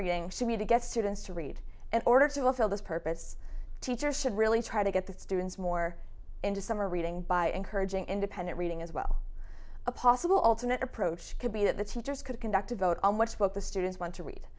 reading sue me to get students to read in order to fulfill this purpose teacher should really try to get the students more into summer reading by encouraging independent reading as well a possible alternate approach could be that the teachers could conduct a vote on what's what the students want to read